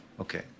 Okay